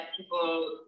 people